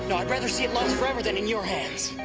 and i'd rather see it lost forever then in your hands!